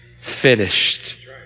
finished